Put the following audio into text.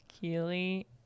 Keely